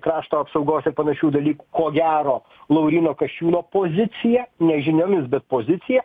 krašto apsaugos ir panašių dalykų ko gero lauryno kasčiūno pozicija ne žiniomis bet pozicija